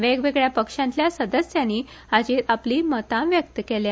वेगवेगळ्या पक्षातल्या सदस्यांनी हाचेर आपली मतां व्यक्त केल्या